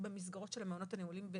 בוודאי במסגרות של המעונות הנעולים.